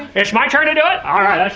it's my turn to do it? alright, let's